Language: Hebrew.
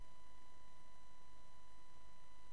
וגם